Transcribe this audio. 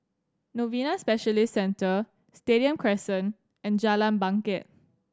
Novena Specialist Centre Stadium Crescent and Jalan Bangket